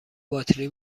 باطری